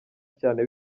cyane